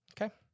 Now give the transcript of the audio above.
Okay